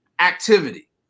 activity